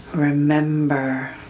Remember